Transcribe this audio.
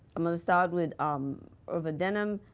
i'm going to start with um erva denham,